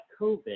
COVID